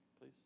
please